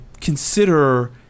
consider